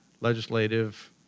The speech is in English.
legislative